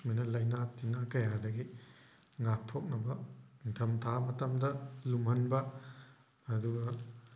ꯁꯨꯃꯥꯏꯅ ꯂꯥꯏꯅꯥ ꯇꯤꯟꯅꯥ ꯀꯌꯥꯗꯒꯤ ꯉꯥꯛꯊꯣꯛꯅꯕ ꯅꯤꯡꯊꯝꯊꯥ ꯃꯇꯝꯗ ꯂꯨꯝꯍꯟꯕ ꯑꯗꯨꯒ